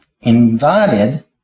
invited